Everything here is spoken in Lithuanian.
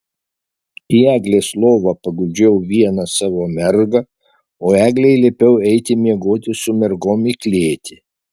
į eglės lovą paguldžiau vieną savo mergą o eglei liepiau eiti miegoti su mergom į klėtį